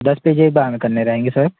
दस पेज एक बार में करने रहेंगे सर